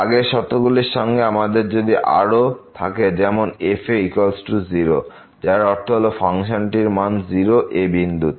আগের শর্তগুলির সঙ্গে আমাদের যদি আরো থাকে যেমন fa0 যার অর্থ ফাংশনটির মান 0 a বিন্দুতে